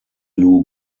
lou